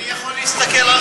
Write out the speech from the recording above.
יכול להסתכל עליך?